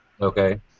Okay